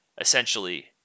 Essentially